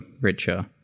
richer